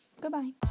goodbye